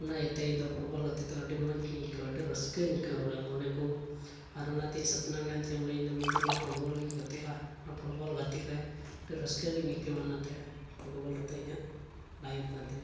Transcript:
ᱚᱱᱟ ᱤᱭᱟᱹᱛᱮ ᱤᱧ ᱫᱚ ᱯᱷᱩᱴᱵᱚᱞ ᱜᱟᱛᱮᱜ ᱫᱚ ᱟᱹᱰᱤ ᱢᱚᱡᱽ ᱤᱧ ᱜᱮᱧ ᱟᱹᱭᱠᱟᱹᱣᱟ ᱟᱹᱰᱤ ᱨᱟᱹᱥᱠᱟᱹ ᱜᱮᱧ ᱟᱹᱭᱠᱟᱹᱣᱟ ᱵᱚᱞᱮ ᱢᱚᱱᱮ ᱠᱚ ᱟᱨ ᱚᱱᱟᱛᱮ ᱤᱧ ᱥᱚᱯᱱᱚ ᱢᱮᱱᱟᱜ ᱛᱤᱧᱟᱹ ᱵᱚᱞᱮ ᱡᱮ ᱤᱧ ᱫᱚ ᱢᱤᱫ ᱫᱤᱱ ᱦᱤᱞᱳᱜ ᱯᱷᱩᱴᱵᱚᱞ ᱜᱮᱧ ᱜᱟᱛᱮᱜᱼᱟ ᱚᱱᱟ ᱯᱷᱩᱴᱵᱚᱞ ᱜᱟᱛᱤᱜ ᱨᱮ ᱟᱹᱰᱤ ᱨᱟᱹᱥᱠᱟᱹ ᱜᱮᱧ ᱟᱹᱭᱠᱟᱹᱣᱟ ᱚᱱᱟᱛᱮ ᱯᱷᱩᱴᱵᱚᱞ ᱨᱮᱫᱚ ᱤᱧᱟᱹᱜ ᱞᱟᱭᱤᱯᱷ ᱠᱟᱱ ᱛᱤᱧᱟᱹ